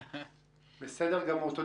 תודה.